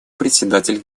председатель